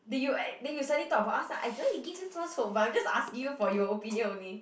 that you that you suddenly talk about us ah I don't want to give you false hope but I'm just asking you for your opinion only